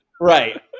Right